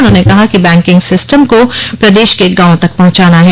उन्होंने कहा कि बैंकिग सिस्टम को प्रदेश के गांवों तक पहंचाना है